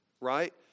right